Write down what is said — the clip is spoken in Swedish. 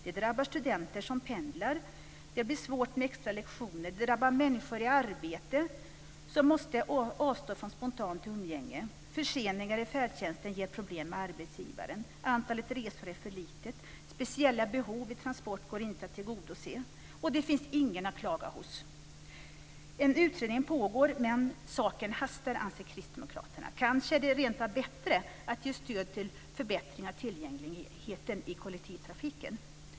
Det drabbar studenter som pendlar - det blir svårt med extralektioner. Det drabbar också människor i arbete som måste avstå från spontant umgänge. Förseningar i färdtjänsten ger problem med arbetsgivaren. Antalet resor är för litet. Speciella behov vid transport går det inte att tillgodose. Det finns heller ingen att klaga hos. En utredning pågår men saken hastar, anser Kristdemokraterna. Kanske är det rentav bättre att ge stöd till förbättringar av tillgängligheten i kollektivtrafiken.